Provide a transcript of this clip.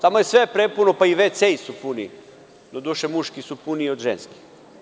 To je sve prepuno, pa i toaleti su puni, doduše muški su puniji od ženskih.